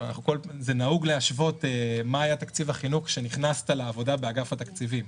נהוג להשוות מה היה תקציב החינוך כשנכנסת לעבודה באגף התקציבים.